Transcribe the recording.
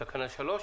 תקנה 3?